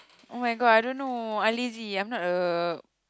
oh-my-god I don't know I lazy I'm not a